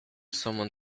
someone